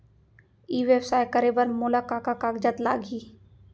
ई व्यवसाय करे बर मोला का का कागजात लागही?